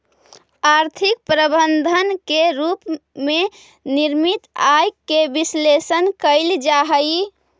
आर्थिक प्रबंधन के रूप में निश्चित आय के विश्लेषण कईल जा हई